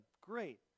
Great